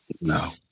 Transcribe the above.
no